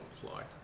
flight